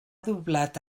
doblat